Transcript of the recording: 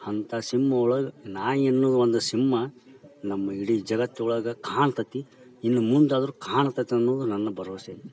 ಅಂಥ ಸಿಂಹ ಒಳಗೆ ನಾಯಿ ಎನ್ನೋದು ಒಂದು ಸಿಂಹ ನಮ್ಮ ಇಡೀ ಜಗತ್ತು ಒಳಗೆ ಕಾಣ್ತೈತಿ ಇನ್ನು ಮುಂದಾದ್ರೂ ಕಾಣ್ತೈತಿ ಅನ್ನುವುದು ನನ್ನ ಭರವಸೆ